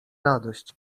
radość